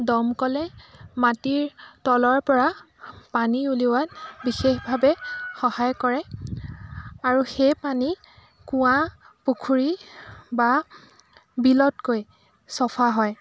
দমকলে মাটিৰ তলৰ পৰা পানী উলিওৱাত বিশেষভাৱে সহায় কৰে আৰু সেই পানী কুঁৱা পুখুৰী বা বিলতকৈ চফা হয়